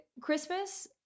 Christmas